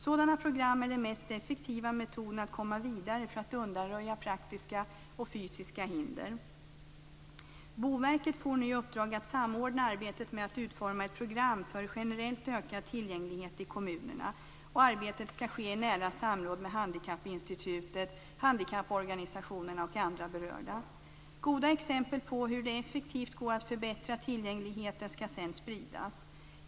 Sådana program är den mest effektiva metoden för att komma vidare och undanröja praktiska och fysiska hinder. Boverket får nu i uppdrag att samordna arbetet med att utforma ett program för generellt ökad tillgänglighet i kommunerna. Arbetet skall ske i nära samråd med Handikappinstitutet, handikapporganisationerna och andra berörda. Goda exempel på hur det effektivt går att förbättra tillgängligheten skall sedan spridas.